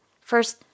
first